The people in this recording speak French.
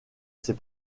ses